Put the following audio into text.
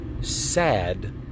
sad